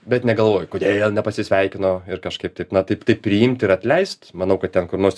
bet negalvoji kodėl nepasisveikino ir kažkaip taip na taip taip priimt ir atleist manau kad ten kur nors